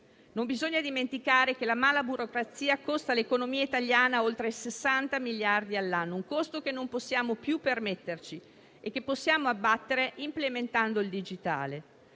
Non bisogna dimenticare che la mala burocrazia costa all'economia italiana oltre 60 miliardi all'anno: un costo che non possiamo più permetterci e che possiamo abbattere implementando il digitale.